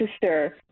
sister